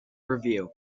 review